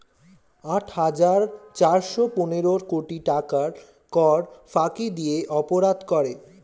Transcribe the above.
আট হাজার চারশ পনেরো কোটি টাকার কর ফাঁকি দিয়ে অপরাধ করে